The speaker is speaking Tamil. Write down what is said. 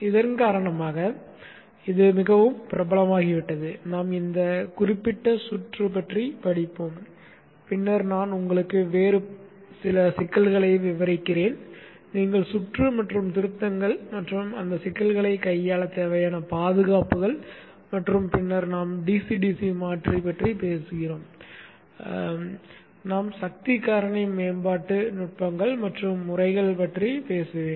இதன் காரணமாக இது மிகவும் பிரபலமாகிவிட்டது நாம் இந்த குறிப்பிட்ட சுற்று பற்றி படிப்போம் பின்னர் நான் உங்களுக்கு வேறு சில சிக்கல்களை விவரிக்கிறேன் சுற்று மற்றும் திருத்தங்கள் மற்றும் அந்த சிக்கல்களை கையாள தேவையான பாதுகாப்புகள் மற்றும் பின்னர் dc dc மாற்றி பற்றி நாம் பேசுகிறோம் நான் சக்தி காரணி மேம்பாட்டு நுட்பங்கள் மற்றும் முறைகள் பற்றி பேசுவேன்